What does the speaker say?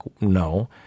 no